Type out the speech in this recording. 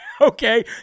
okay